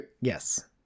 yes